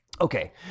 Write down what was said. Okay